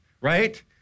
right